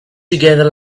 together